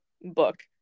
book